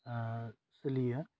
सोलियो